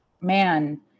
man